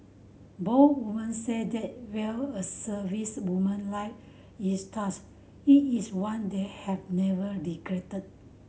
both women said that while a servicewoman life is tough it is one they have never regretted